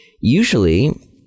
usually